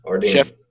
Chef